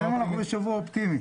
היום אנחנו בשבוע אופטימי.